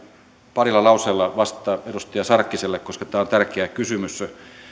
parilla lauseella vastata edustaja sarkkiselle koska tämä on tärkeä kysymys